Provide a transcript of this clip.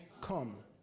come